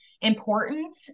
important